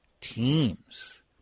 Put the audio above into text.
teams